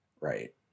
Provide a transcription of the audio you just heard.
Right